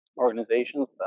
organizations